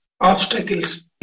obstacles